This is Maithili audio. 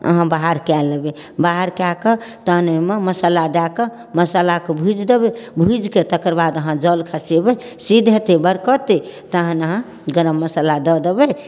अहाँ बाहर कऽ लेबै बाहर कऽ कऽ तहन ओहिमे मसाला दऽ कऽ मसालाके भुजि देबै भुजिकऽ तकरबाद अहाँ जल खसेबै सिद्ध हेतै बरकतै तहन अहाँ गरम मसल्ला दऽ देबै